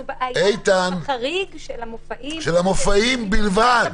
אנחנו בחריג של המופעים -- של המופעים בלבד.